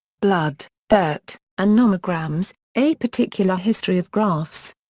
blood, dirt, and nomograms a particular history of graphs.